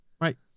Right